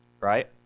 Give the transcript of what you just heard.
Right